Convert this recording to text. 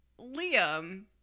Liam